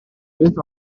beth